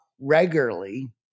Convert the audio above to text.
regularly